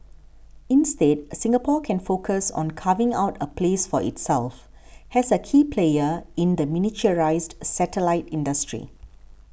instead Singapore can focus on carving out a place for itself has a key player in the miniaturised satellite industry